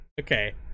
okay